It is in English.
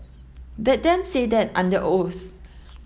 let them say that under oath